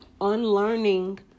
Unlearning